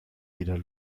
wieder